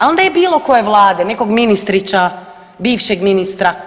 Ali ne bilo koje Vlade, nekog ministriča bivšeg ministra.